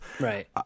Right